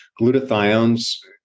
glutathione's